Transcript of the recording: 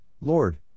Lord